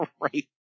Right